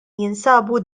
jinsabu